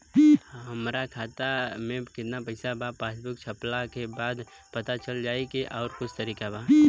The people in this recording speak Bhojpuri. हमरा खाता में केतना पइसा बा पासबुक छपला के बाद पता चल जाई कि आउर कुछ तरिका बा?